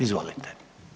Izvolite.